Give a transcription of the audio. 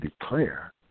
declare